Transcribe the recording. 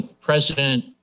president